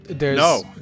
No